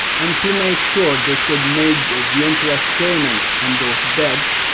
and to make sure they could make the the interest payments on those debts,